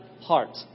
heart